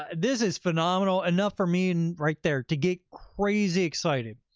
ah this is phenomenal enough for me and right there to get crazy excited.